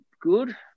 good